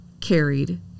carried